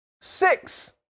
six